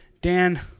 Dan